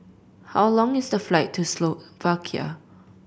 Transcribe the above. how long is the flight to Slovakia